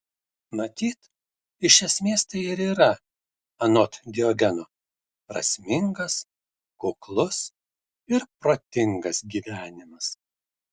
matyt iš esmės tai ir yra anot diogeno prasmingas kuklus ir protingas gyvenimas